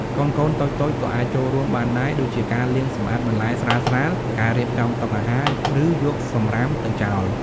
កូនៗតូចៗ ក៏អាចចូលរួមបានដែរ ដូចជាការលាងសម្អាតបន្លែស្រាលៗ ការរៀបចំតុអាហារ ឬយកសំរាមទៅចោល ។